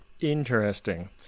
Interesting